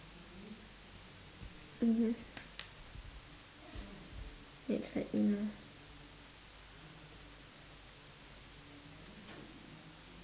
mmhmm it's like you know